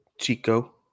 Chico